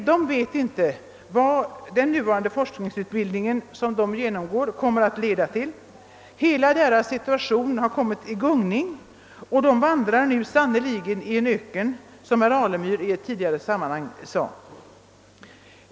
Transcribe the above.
De vet inte vad den forskarutbildning de genomgår kommer att leda till. Hela deras situation har kommit i gungning, och de vandrar nu sannerligen i en öken — som herr Alemyr sade tidigare i annat sammanhang.